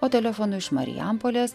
o telefonu iš marijampolės